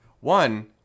one